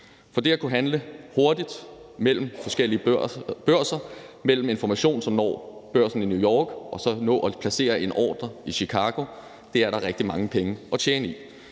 For det at kunne handle hurtigt mellem forskellige børser og sende information, som når børsen i New York, og så nå at placere en ordre i Chicago er der rigtig mange penge at tjene på.